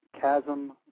Chasm